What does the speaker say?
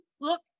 look